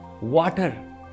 water